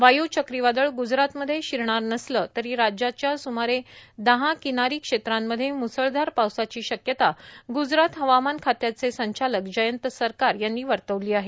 वायू चक्रीवादळ ग्जरातमध्ये शिरणार नसलं तरी राज्याच्या सुमारे दहा किनारी झोनमध्ये म्सळधार पावसाची शक्यता ग्जरात हवामान खात्याचे संचालक जयंत सरकार यांनी वर्तवली आहे